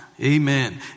amen